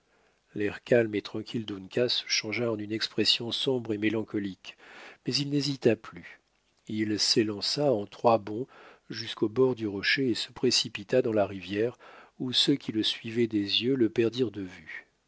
l'air calme et tranquille d'uncas se changea en une expression sombre et mélancolique mais il n'hésita plus il s'élança en trois bonds jusqu'au bord du rocher et se précipita dans la rivière où ceux qui le suivaient des yeux le perdirent de vue